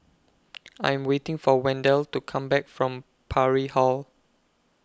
I'm waiting For Wendell to Come Back from Parry Hall